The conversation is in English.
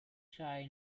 child